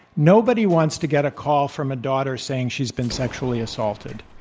nobody wants to get a call from a daughter saying she's been sexually assaulted.